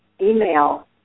email